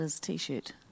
t-shirt